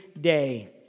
day